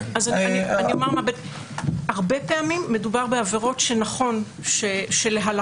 אז אני אומר שהרבה פעמים מדובר בעבירות שנכון שלהלכה